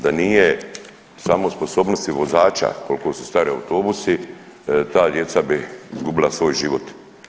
Da nije samo sposobnosti vozača, koliko su stari autobusi, ta djeca bi izgubila svoj život.